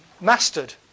mastered